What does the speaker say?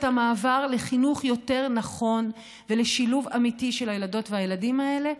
המעבר לחינוך יותר נכון ולשילוב אמיתי של הילדות והילדים האלה,